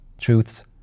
truths